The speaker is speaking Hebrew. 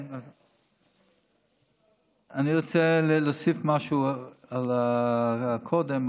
אני רוצה להוסיף משהו על קודם,